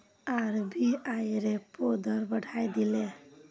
RBI repo दर बढ़ाए दिले